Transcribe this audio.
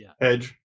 Edge